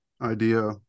idea